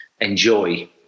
enjoy